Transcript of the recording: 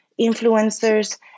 influencers